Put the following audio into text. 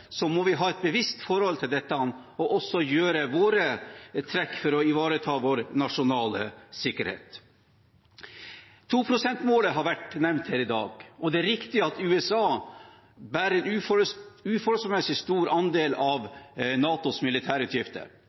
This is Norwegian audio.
må vi ha et bevisst forhold til dette og også gjøre våre trekk for å ivareta vår nasjonale sikkerhet. 2-prosentmålet har vært nevnt her i dag, og det er riktig at USA bærer en uforholdsmessig stor andel av NATOs militærutgifter.